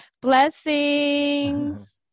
blessings